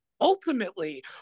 ultimately